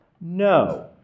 no